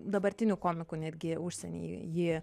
dabartinių komikų netgi užsieny jį